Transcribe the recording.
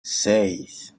seis